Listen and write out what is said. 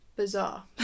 bizarre